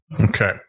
Okay